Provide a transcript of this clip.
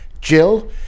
Jill